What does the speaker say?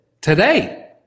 Today